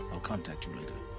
i'll contact you later.